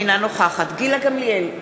אינה נוכחת גילה גמליאל,